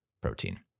protein